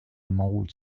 mould